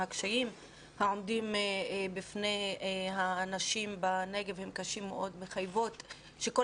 הקשיים העומדים בפני האנשים בנגב הם קשים מאוד ומחייבים שכל